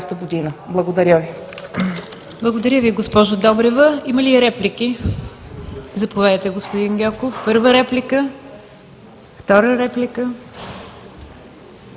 Благодаря Ви.